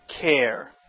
care